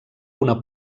una